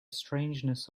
strangeness